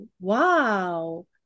Wow